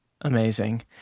Amazing